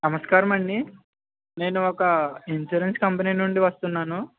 నమస్కారమండి నేను ఒక ఇన్సూరెన్స్ కంపెనీ నుండి వస్తున్నాను